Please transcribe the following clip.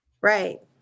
right